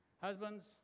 Husbands